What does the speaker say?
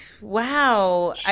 Wow